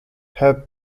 her